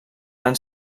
van